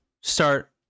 start